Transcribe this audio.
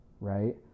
right